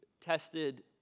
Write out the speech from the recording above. tested